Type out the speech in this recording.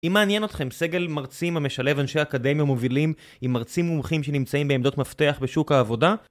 אם מעניין אתכם סגל מרצים המשלב אנשי אקדמיה מובילים עם מרצים מומחים שנמצאים בעמדות מפתח בשוק העבודה